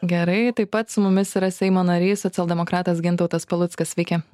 gerai taip pat su mumis yra seimo narys socialdemokratas gintautas paluckas sveiki